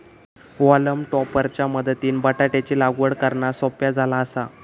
हॉलम टॉपर च्या मदतीनं बटाटयाची लागवड करना सोप्या झाला आसा